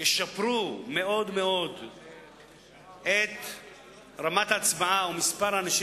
ישפרו מאוד מאוד את רמת ההצבעה ומספר האנשים